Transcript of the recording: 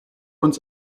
uns